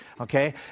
okay